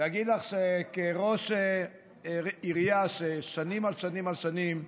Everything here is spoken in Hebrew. אגיד לך שכראש עירייה, אשר שנים על שנים על שנים,